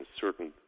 certain